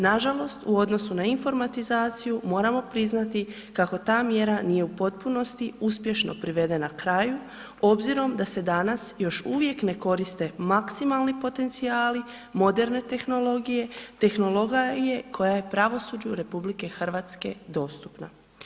Nažalost u odnosu na informatizaciju moramo priznati kako ta mjera nije u potpunosti uspješno privedena kraju obzirom da se danas još uvijek ne koriste maksimalni potencijali moderne tehnologije, tehnologije koja je pravosuđu RH dostupna.